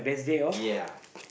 ya